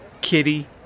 Kitty